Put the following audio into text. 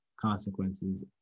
consequences